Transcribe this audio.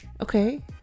okay